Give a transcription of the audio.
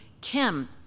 Kim